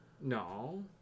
No